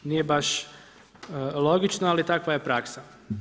Nije baš logično, ali takva je praksa.